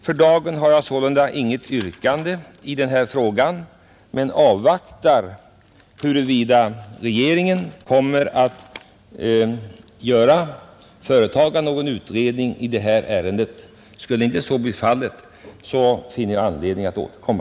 För dagen har jag sålunda inget yrkande i den här frågan men avvaktar huruvida regeringen kommer att företa någon utredning i ärendet. Skulle så inte bli fallet, finner jag anledning att återkomma.